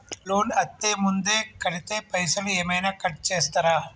Loan అత్తే ముందే కడితే పైసలు ఏమైనా కట్ చేస్తరా?